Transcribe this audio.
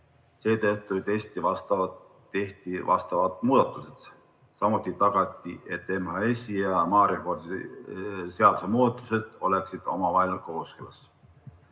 seetõttu tehti vastavad muudatused. Samuti tagati, et MHS‑i ja maareformi seaduse muudatused oleksid omavahel kooskõlas.